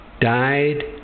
died